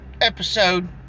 episode